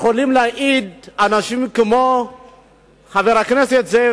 ויכולים להעיד אנשים כמו חבר הכנסת זאב